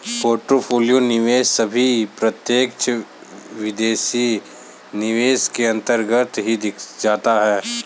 portfolio निवेश भी प्रत्यक्ष विदेशी निवेश के अन्तर्गत ही देखा जाता है